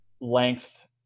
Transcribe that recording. length